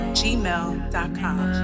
gmail.com